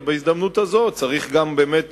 ובהזדמנות הזאת צריך גם באמת